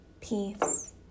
peace